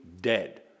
dead